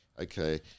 okay